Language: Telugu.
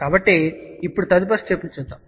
కాబట్టి ఇప్పుడు తదుపరి స్టెప్ ను చూద్దాం